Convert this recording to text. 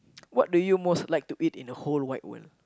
what do you most like to eat in the whole wide world